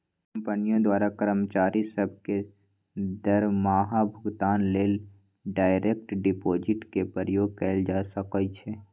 कंपनियों द्वारा कर्मचारि सभ के दरमाहा भुगतान लेल डायरेक्ट डिपाजिट के प्रयोग कएल जा सकै छै